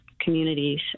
communities